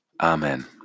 Amen